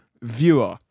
viewer